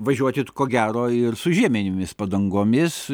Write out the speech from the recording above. važiuoti ko gero ir su žieminėmis padangomis